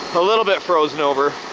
a little bit frozen over.